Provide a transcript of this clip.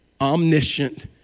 omniscient